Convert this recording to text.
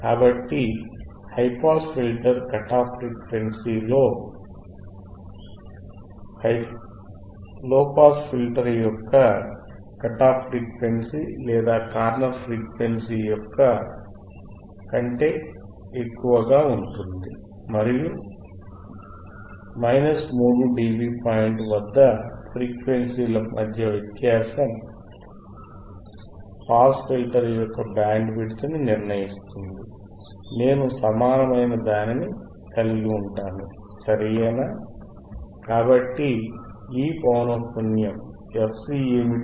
కాబట్టి high pass filter cut off frequency లో pass filter యొక్క కట్ ఆఫ్ ఫ్రీక్వెన్సీ లేదా కార్నర్ ఫ్రీక్వెన్సీ యొక్క కంటే ఎక్కువగా ఉంటుంది మరియు 3 డిబి పాయింట్ వద్ద ఫ్రీక్వెన్సీల మధ్య వ్యత్యాసం పాస్ ఫిల్టర్ యొక్క బ్యాండ్ విడ్త్ ని నిర్ణయిస్తుంది నేను సమానమైన దానిని కలిగి ఉంటాను సరియేనా కాబట్టి ఈ పౌనఃపున్యం పున్యం fc ఏమిటి